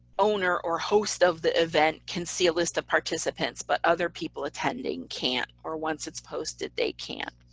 owner or host of the event can see a list of participants, but other people attending can't, or once it's posted they can't.